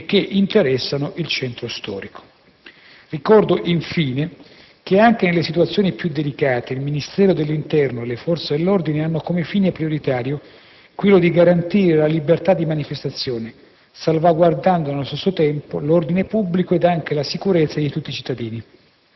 e che interessano il centro storico. Ricordo, infine, che, anche nelle situazioni più delicate, il Ministero dell'interno e le forze dell'ordine hanno come fine prioritario quello di garantire la libertà di manifestazione, salvaguardando, nello stesso tempo, l'ordine pubblico ed anche la sicurezza di tutti i cittadini,